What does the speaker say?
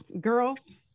girls